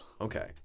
Okay